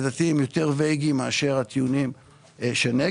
לדעתי הם יותר ואגיים מאשר הטיעונים שנגד.